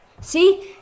See